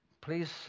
please